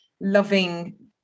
loving